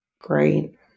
great